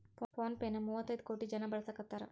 phone pay ನ ಮುವ್ವತೈದ್ ಕೋಟಿ ಜನ ಬಳಸಾಕತಾರ